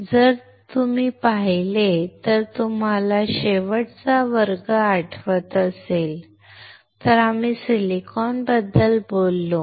तर जर तुम्ही पाहिले तर जर तुम्हाला शेवटचा वर्ग आठवत असेल तर आम्ही सिलिकॉनबद्दल बोललो